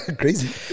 Crazy